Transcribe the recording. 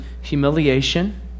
humiliation